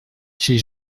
chez